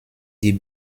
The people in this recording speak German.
die